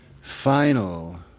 final